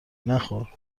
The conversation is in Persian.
نخور